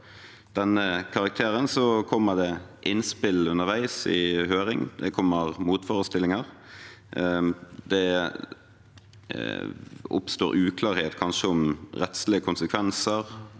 av denne karakteren, kommer det innspill underveis i høringen. Det kommer motforestillinger, og det oppstår kanskje uklarhet om rettslige konsekvenser.